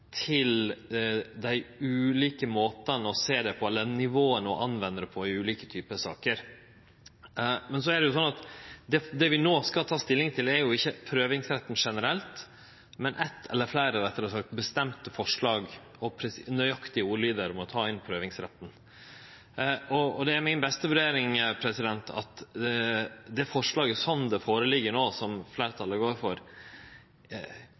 til dei ulike måtane å sjå det på, eller nivåa å anvende det på, i ulike typar saker. Men så er det jo sånn at det vi no skal ta stilling til, er ikkje prøvingsretten generelt, men eitt eller, rettare sagt, fleire bestemte forslag og nøyaktige ordlydar om å ta inn prøvingsretten. Og det er mi beste vurdering at det forslaget, slik det ligg føre no, som fleirtalet går for,